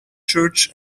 church